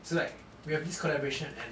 so like we have this collaboration and